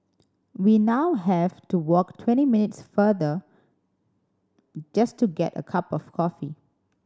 we now have to walk twenty minutes farther just to get a cup of coffee